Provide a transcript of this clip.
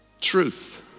Truth